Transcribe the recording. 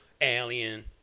alien